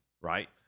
right